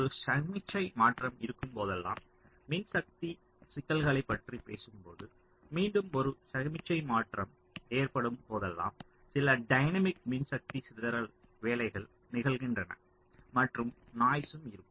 ஒரு சமிக்ஞை மாற்றம் இருக்கும் போதெல்லாம் மின்சக்தி சிக்கல்களைப் பற்றி பேசும்போது மீண்டும் ஒரு சமிக்ஞை மாற்றம் ஏற்படும் போதெல்லாம் சில டைனமிக் மின்சக்தி சிதறல் வேலைகள் நிகழ்கின்றன மற்றும் நாய்ஸும் இருக்கும்